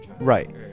right